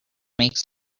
makes